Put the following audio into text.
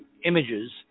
images